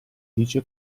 dice